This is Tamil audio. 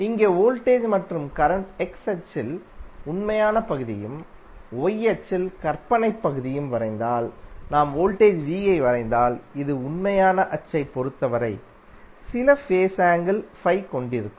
இங்கே வோல்டேஜ் மற்றும் கரண்ட் x அச்சில் உண்மையான பகுதியும் y அச்சில் கற்பனை பகுதியும் வரைந்தால்நாம் வோல்டேஜ் V ஐ வரைந்தால் இது உண்மையான அச்சைப் பொறுத்தவரை சில ஃபேஸ் ஆங்கிள் ஃபை கொண்டிருக்கும்